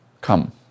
Come